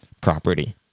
property